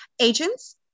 Agents